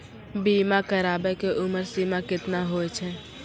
बीमा कराबै के उमर सीमा केतना होय छै?